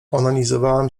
onanizowałam